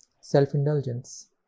self-indulgence